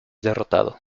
derrotado